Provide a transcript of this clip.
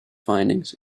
findings